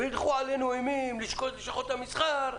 הילכו עלינו אימים לשכות המסחר,